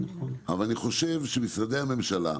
אבל אני חושב שמשרדי הממשלה,